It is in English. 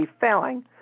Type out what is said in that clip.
failing